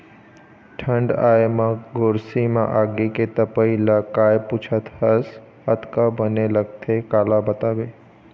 ठंड आय म गोरसी म आगी के तपई ल काय पुछत हस अतका बने लगथे काला बताबे